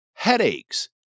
Headaches